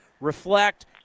reflect